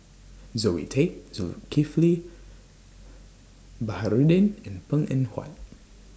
Zoe Tay Zulkifli Baharudin and Png Eng Huat